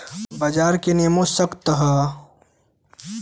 बाजार के नियमों त सख्त हौ